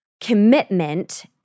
commitment